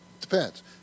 depends